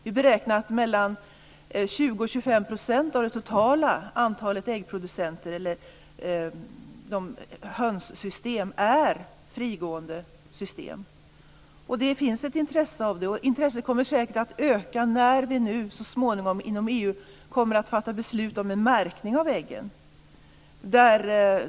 Vi beräknar att mellan 20 och 25 % av det totala antalet inhysningssystem är system med frigående höns. Det finns ett intresse för sådana, och det intresset kommer säkert att öka när vi så småningom inom EU kommer att fatta beslut om en märkning av äggen.